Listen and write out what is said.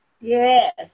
Yes